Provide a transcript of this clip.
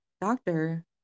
doctor